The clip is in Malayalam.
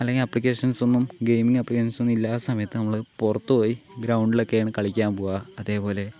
അല്ലെങ്കിൽ ആപ്ലിക്കേഷൻസൊന്നും ഗെയിമിങ്ങ് ആപ്ലിക്കേഷൻസൊന്നും ഇല്ലാത്ത സമയത്ത് നമ്മള് പുറത്ത് പോയി ഗ്രൗണ്ടിലൊക്കെയാണ് കളിക്കാൻ പോവുക അതേപോലെ